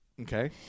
Okay